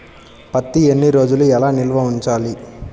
పత్తి ఎన్ని రోజులు ఎలా నిల్వ ఉంచాలి?